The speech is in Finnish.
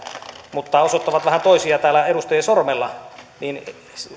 mutta osoittavat vähän toisia edustajia sormella niin